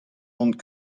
mont